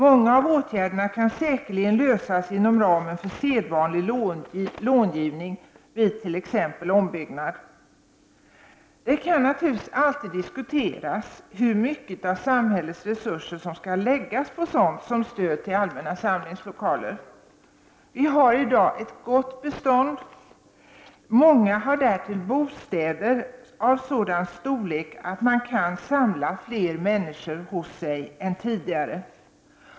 Många av åtgärderna kan säkerligen genomföras inom ramen för sedvanlig långivning vid t.ex. ombyggnad. Det kan naturligtvis alltid diskuteras hur mycket av samhällets resurser som skall läggas på sådant som stöd till allmänna samlingslokaler. Vi har i dag ett gott bestånd. Många har därtill bostäder av sådan storlek att man kan samla fler människor hos sig än tidigare.